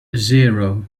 zero